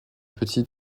petits